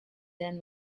then